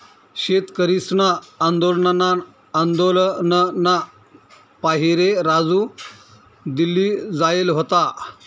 शेतकरीसना आंदोलनना पाहिरे राजू दिल्ली जायेल व्हता